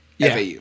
FAU